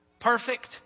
perfect